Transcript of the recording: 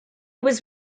was